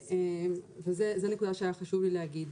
זו נקודה שהיה חשוב לי להגיד.